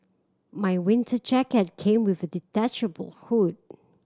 my winter jacket came with a detachable hood